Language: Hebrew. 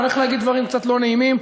ואני הולך להגיד דברים קצת לא נעימים,